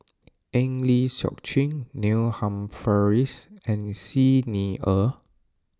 Eng Lee Seok Chee Neil Humphreys and Xi Ni Er